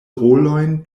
rolojn